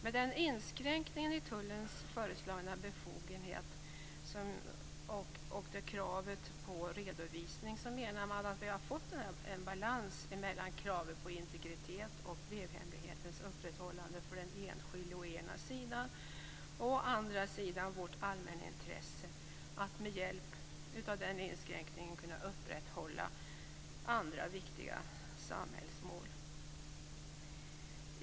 Med den inskränkning i tullens föreslagna befogenhet och med kravet på redovisning menar man att vi har fått en balans mellan kravet på integritet och brevhemlighetens upprätthållande för å ena sidan den enskilde och å andra sidan vårt allmänintresse av att med hjälp av den inskränkningen kunna upprätthålla andra viktiga samhällsmål.